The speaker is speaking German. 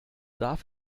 darf